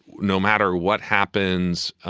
no matter what happens,